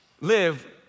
live